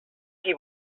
qui